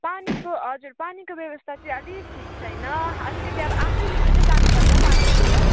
पानीको हजुर पानीको व्यवस्था चाहिँ अलिक ठिक छैन अलिकति अब आफै लिनु चाहिँ जानुपर्छ पानीहरू